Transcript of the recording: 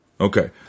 Okay